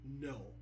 No